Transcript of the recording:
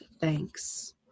thanks